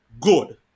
good